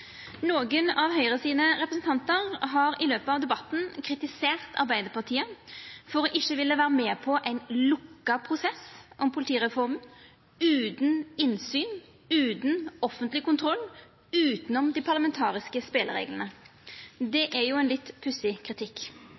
av Høgre sine representantar har under debatten kritisert Arbeidarpartiet for ikkje å vilja vera med på ein lukka prosess om politireforma, utan innsyn, utan offentleg kontroll, utanom dei parlamentariske spelereglane. Det er ein litt pussig kritikk.